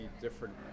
different